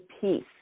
peace